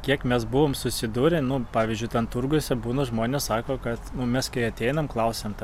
kiek mes buvom susidūrę nu pavyzdžiui ten turguose būna žmonės sako kad nu mes kai ateinam klausiam to